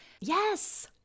Yes